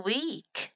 Week